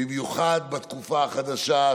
במיוחד בתקופה החדשה,